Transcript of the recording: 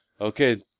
okay